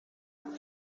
know